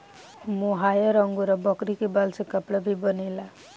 मोहायर angora बकरी के बाल से कपड़ा भी बनेला